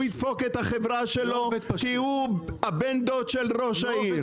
ידפוק את החברה שלו כי הוא הבן דוד של ראש העיר.